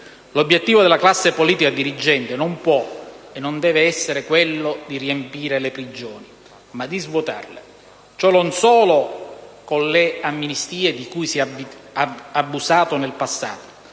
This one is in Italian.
l'obiettivo della classe politica dirigente non può e non deve essere riempire le prigioni, ma svuotarle e non solo attraverso le amnistie, di cui si è abusato nel passato,